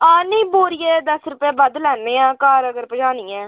हां नेईं बोरियै दा दस्स रपेऽ बद्ध लैन्ने आं घर अगर पजानी ऐ